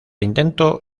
intento